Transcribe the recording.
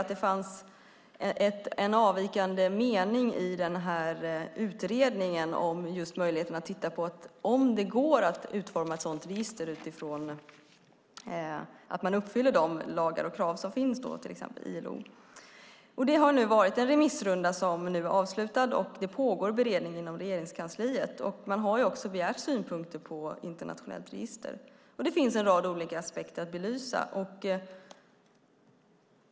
Det fanns en avvikande mening i utredningen när det gäller att titta på om det går att uppfylla de krav som finns som till exempel i ILO när man utformar ett sådant register. Det har nu varit en remissrunda som är avslutad, och det pågår en beredning inom Regeringskansliet. Man har begärt synpunkter på ett internationellt register. Det finns en rad aspekter att belysa.